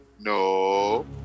No